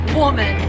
woman